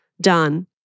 done